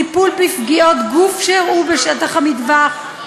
טיפול בפגיעות גוף שאירעו בשטח המטווח,